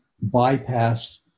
bypass